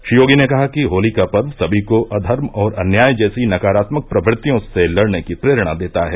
श्री योगी ने कहा कि होली का पर्व सभी को अधर्म और अन्याय जैसी नकारात्मक प्रवृत्तियों से लड़ने की प्रेरणा देता है